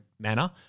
manner